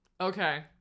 Okay